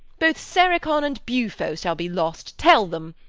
both sericon and bufo shall be lost, tell them.